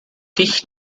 dich